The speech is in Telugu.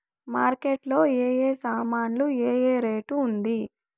మార్కెట్ లో ఏ ఏ సామాన్లు ఏ ఏ రేటు ఉంది?